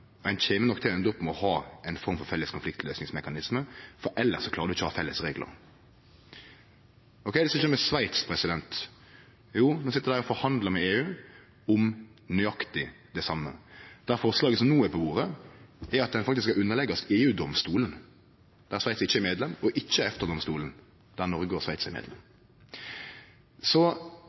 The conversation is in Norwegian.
og ein kjem nok til at ein må ha ein felles konfliktløysingsmekanisme, for elles klarar ein ikkje å ha felles reglar. Og kva er det som skjer med Sveits? Jau, dei sit og forhandlar med EU om nøyaktig det same. Det forslaget som no er på bordet, er at ein faktisk skal underleggjast EU-domstolen, der Sveits ikkje er medlem, og ikkje EFTA-domstolen, der Noreg og Sveits er